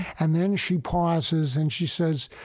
and then she pauses and she says,